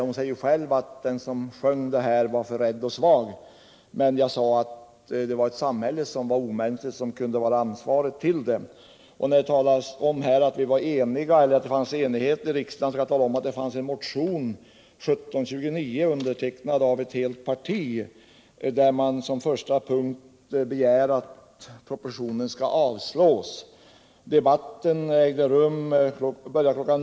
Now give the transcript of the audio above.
Tove Ditlevsen säger själv att den som sjöng den här sången var för rädd och svag. Men jag sade att det var ett omänskligt samhälle som kan vara ansvarigt för mycket av detta. Beträffande talet om att det fanns enighet i riksdagen vill jag påpeka att det då väcktes en motion, nr 1729, undertecknad av ett helt parti, där man som första punkt begärde att propositionen skulle avslås. Debatten började kl.